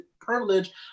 privilege